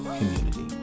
community